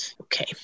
Okay